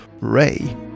Ray